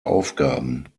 aufgaben